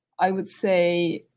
i would say,